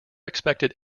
expected